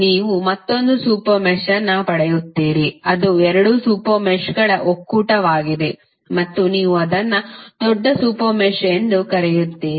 ನೀವು ಮತ್ತೊಂದು ಸೂಪರ್ ಮೆಶ್ಯನ್ನು ಪಡೆಯುತ್ತೀರಿ ಅದು ಎರಡೂ ಸೂಪರ್ ಮೆಶ್ಗಳ ಒಕ್ಕೂಟವಾಗಿದೆ ಮತ್ತು ನೀವು ಅದನ್ನು ದೊಡ್ಡ ಸೂಪರ್ ಮೆಶ್ ಎಂದು ಕರೆಯುತ್ತೀರಿ